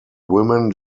women